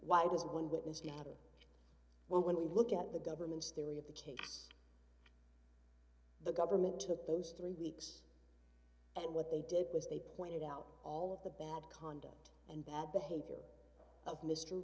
why does one witness data when we look at the government's theory of the case the government took those three weeks and what they did was they pointed out all of the bad conduct and bad behavior of mr